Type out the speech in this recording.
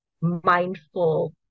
mindful